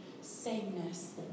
sameness